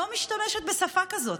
לא משתמשת בשפה כזאת.